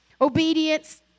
obedience